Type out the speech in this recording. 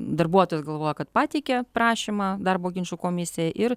darbuotojas galvoja kad pateikė prašymą darbo ginčų komisijai ir